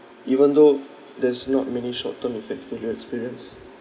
even though there's not many short term effects to like your experience